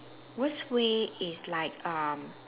worst way is like um